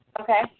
Okay